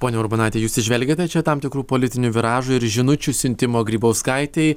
ponia urbonaite jūs įžvelgiate čia tam tikrų politinių viražų ir žinučių siuntimo grybauskaitei